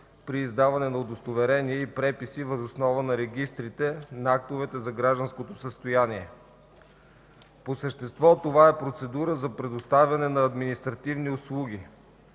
при издаване на удостоверения и преписи въз основа на регистрите на актовете за гражданското състояние. По същество, това е процедура за предоставяне на административни услуги,